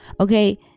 okay